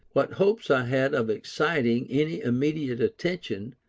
what hopes i had of exciting any immediate attention,